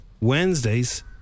Wednesdays